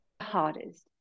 hardest